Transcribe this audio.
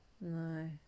No